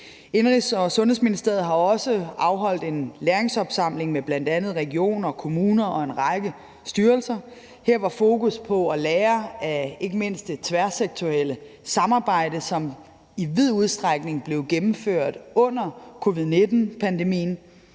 Indenrigs- og Sundhedsministeriet har også afholdt en læringsopsamling med bl.a. regioner og kommuner og en række styrelser. Her var fokusset på at lære af ikke mindst det tværsektorerielle samarbejde, som i vid udstrækning blev gennemført under covid-19-pandemien.